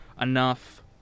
enough